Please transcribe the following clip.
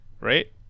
right